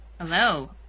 Hello